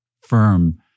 firm